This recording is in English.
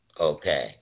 Okay